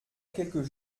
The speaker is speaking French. quelques